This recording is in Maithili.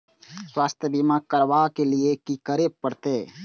स्वास्थ्य बीमा करबाब के लीये की करै परतै?